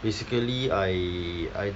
basically I I